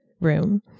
room